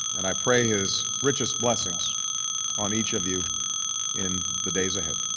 and i pray his richest blessings on each of you in the days ahead.